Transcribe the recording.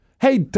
hey